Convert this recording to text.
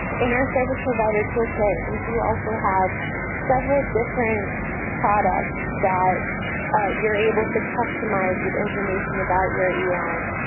in our service provider toolkit, we do also have several different products that you're able to customize with information about your en.